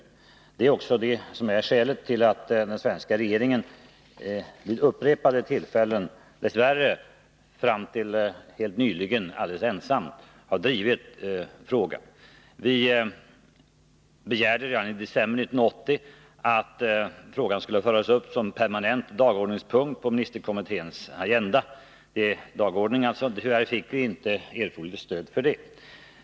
Detta är också skälet till att den svenska regeringen vid upprepade tillfällen — dess värre, fram till helt nyligen, alldeles ensam — har drivit frågan. Vi begärde redan i december 1980 att den skulle föras upp som permanent dagordningspunkt på ministerkommitténs agenda. Tyvärr fick vi inte erforderligt stöd för det.